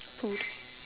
food